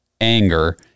anger